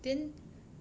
then